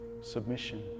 Submission